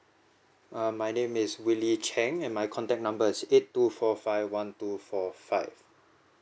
err my name is willie cheng and my contact number is eight two four five one two four five